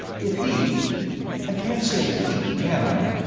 if he i can't say he, can i?